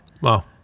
wow